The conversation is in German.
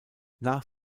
nach